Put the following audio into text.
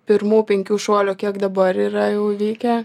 pirmų penkių šuolių kiek dabar yra jau įvykę